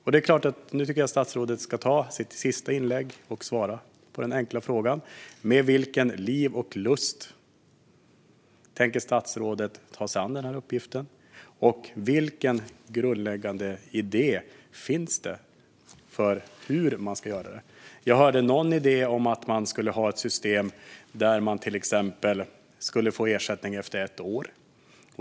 Nu tycker jag att statsrådet ska använda sitt sista inlägg till att svara på dessa enkla frågor: Med vilken liv och lust tänker statsrådet ta sig an denna uppgift, och vilken grundläggande idé finns för hur detta ska göras? Jag hörde något om ett system där man till exempel skulle få ersättning efter ett år.